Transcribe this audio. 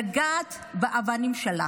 לגעת באבנים שלה.